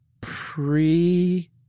pre